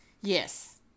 Yes